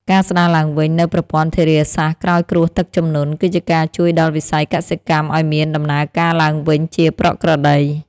ការស្តារឡើងវិញនូវប្រព័ន្ធធារាសាស្ត្រក្រោយគ្រោះទឹកជំនន់ គឺជាការជួយដល់វិស័យកសិកម្មឱ្យមានដំណើរការឡើងវិញជាប្រក្រតី។